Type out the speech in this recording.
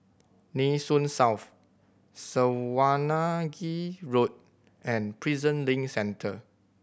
Nee Soon South Swanage Road and Prison Link Centre